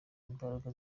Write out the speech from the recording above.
imbaraga